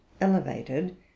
elevated